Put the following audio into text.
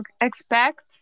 expect